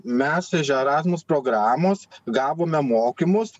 mes iš erasmus programos gavome mokymus